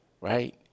right